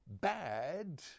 bad